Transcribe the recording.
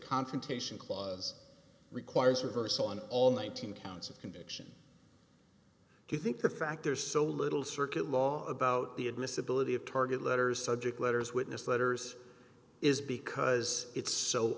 confrontation clause requires reversal on all nineteen counts of conviction do you think the fact there is so little circuit law about the admissibility of target letters subject letters witness letters is because it's so